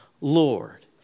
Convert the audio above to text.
Lord